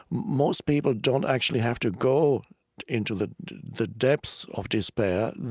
most people don't actually have to go into the the depths of despair.